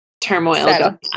turmoil